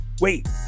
Wait